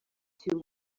too